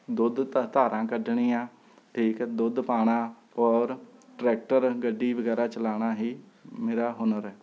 ਦੁੱਧ ਧਾ ਧਾਰਾ ਕੱਢਣੀਆਂ ਅਤੇ ਇੱਕ ਦੁੱਧ ਪਾਉਣਾ ਔਰ ਟਰੈਕਟਰ ਗੱਡੀ ਵਗੈਰਾ ਚਲਾਉਣਾ ਹੀ ਮੇਰਾ ਹੁਨਰ ਹੈ